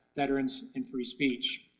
veterans, and free speech.